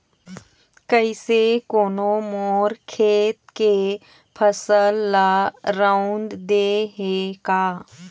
कइसे कोनो मोर खेत के फसल ल रंउद दे हे का?